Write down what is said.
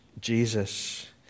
Jesus